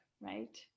right